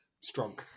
Strong